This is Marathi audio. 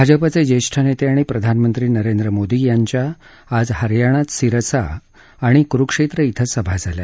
भाजपाचे ज्येष्ठ नेते आणि प्रधानमंत्री नरेंद्र मोदी यांच्या आज हरयाणात सिरसा आणि कुरुक्षेत्र िं सभा झाल्या